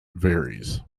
varies